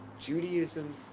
Judaism